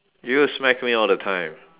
you smack me all the time